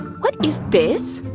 what is this?